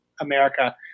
America